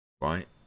Right